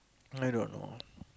I don't know